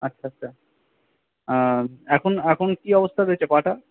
আচ্ছা আচ্ছা এখন এখন কী অবস্থা রয়েছে পাটা